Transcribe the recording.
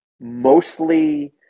mostly